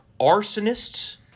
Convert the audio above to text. arsonists